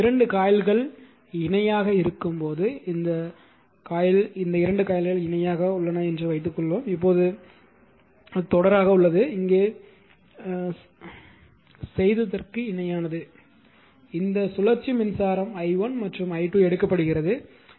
இப்போது 2 காயில்கள் இணையாக இருக்கும்போது இந்த 2 காயில்கள் இணையாக உள்ளன என்று வைத்துக்கொள்வோம் அது இப்போது தொடராக உள்ளது இது இங்கே செய்ததற்கு இணையானது இந்த சுழற்சி மின்சாரம் i1 and i2 எடுக்கப்படுகிறது